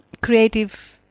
creative